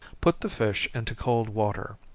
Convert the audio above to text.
put the fish into cold water,